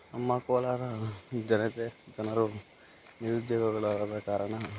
ನಮ್ಮ ಕೋಲಾರ ಜನತೆ ಜನರು ನಿರುದ್ಯೋಗಿಗಳು ಆದ ಕಾರಣ